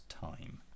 time